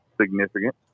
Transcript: significant